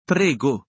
Prego